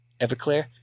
Everclear